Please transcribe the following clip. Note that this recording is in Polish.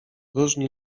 różni